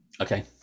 okay